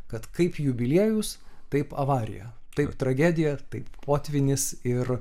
kad kaip jubiliejus taip avarija tai tragedija tai potvynis ir